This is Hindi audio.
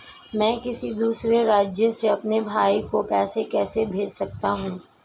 मैं किसी दूसरे राज्य से अपने भाई को पैसे कैसे भेज सकता हूं?